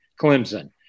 Clemson